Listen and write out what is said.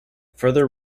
further